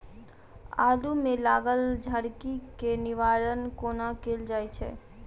आलु मे लागल झरकी केँ निवारण कोना कैल जाय छै?